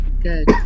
Good